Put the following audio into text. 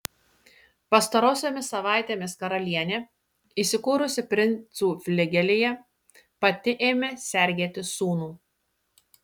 pastarosiomis savaitėmis karalienė įsikūrusi princų fligelyje pati ėmė sergėti sūnų